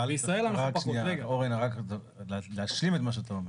אבל, להשלים את מה שאתה אומר